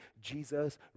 jesus